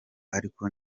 ariko